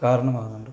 കാരണമാകുന്നുണ്ട്